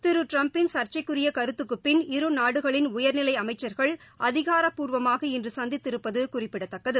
திரு ட்டிரம்பின் சா்ச்சைக்குரிய கருத்துக்குப் பின் இரு நாடுகளின் உயா்நிலை அமைச்சா்கள் அதிகாரப்பூர்வமாக இன்று சந்தித்திருப்பது குறிப்பிடத்தக்கது